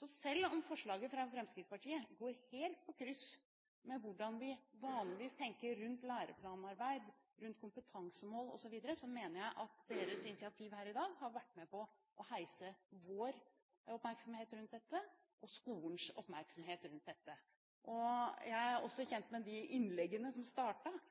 Så selv om forslaget fra Fremskrittspartiet går helt på tvers av hvordan vi vanligvis tenker rundt læreplanarbeid, rundt kompetansemål osv., mener jeg at deres initiativ her i dag har vært med på å heise fram vår oppmerksomhet rundt dette og skolens oppmerksomhet rundt dette. Jeg er også kjent med innleggene som